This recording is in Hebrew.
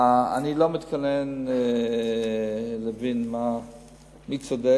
אני לא מתכונן להבין מי צודק,